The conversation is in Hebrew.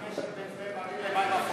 מה הקשר בין זה לבין מים אפורים?